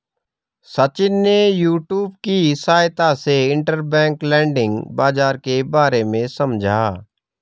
सचिन ने यूट्यूब की सहायता से इंटरबैंक लैंडिंग बाजार के बारे में समझा